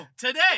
today